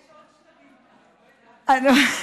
אוקיי.